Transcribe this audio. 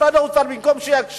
ובמקום שמשרד האוצר יקשה,